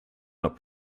not